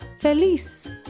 Feliz